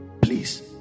please